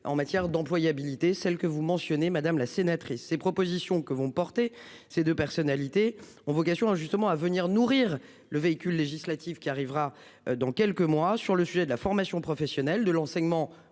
en matière d'employabilité, celle que vous mentionnez, madame la sénatrice, ses propositions que vont porter ces 2 personnalités ont vocation justement à venir nourrir le véhicule législatif qui arrivera dans quelques mois sur le sujet de la formation professionnelle de l'enseignement aussi professionnel